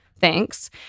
thanks